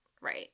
right